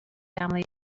family